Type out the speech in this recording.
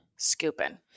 scooping